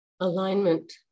Alignment